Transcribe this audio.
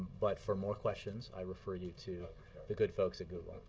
but for more questions i refer you to the good folks google.